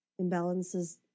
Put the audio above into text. imbalances